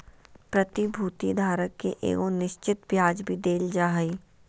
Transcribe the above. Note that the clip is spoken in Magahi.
प्रतिभूति धारक के एगो निश्चित ब्याज भी देल जा हइ